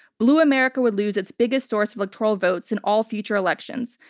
blue america would lose its biggest source of electoral votes in all future elections,